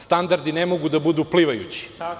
Standardi ne mogu da budu plivajući.